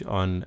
on